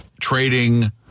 trading